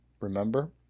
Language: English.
remember